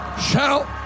Shout